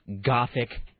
gothic